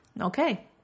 Okay